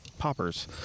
poppers